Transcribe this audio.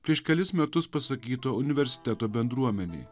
prieš kelis metus pasakyto universiteto bendruomenei